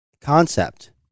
concept